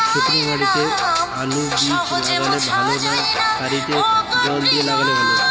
শুক্নো মাটিতে আলুবীজ লাগালে ভালো না সারিতে জল দিয়ে লাগালে ভালো?